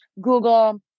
Google